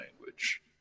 language